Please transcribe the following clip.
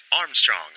Armstrong